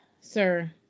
Sir